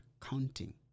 counting